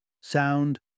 sound